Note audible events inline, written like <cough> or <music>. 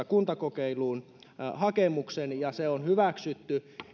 <unintelligible> kuntakokeiluun hakemuksen ja se on hyväksytty